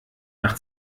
nach